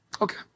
Okay